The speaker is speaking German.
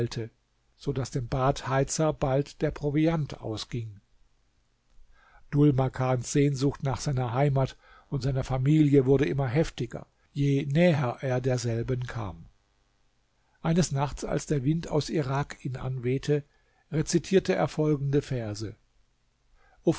so daß dem badheizer bald der proviant ausging dhul makans sehnsucht nach seiner heimat und seiner familie wurde immer heftiger je näher er derselben kam eines nachts als der wind aus irak ihn anwehte rezitierte er folgende verse